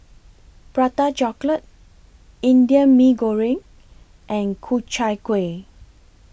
Prata Chocolate Indian Mee Goreng and Ku Chai Kuih